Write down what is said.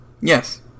yes